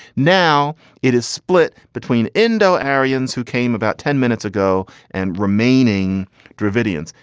now it is split between indo aryans who came about ten minutes ago and remaining dravidian.